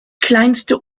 kleinste